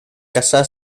casa